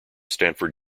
stanford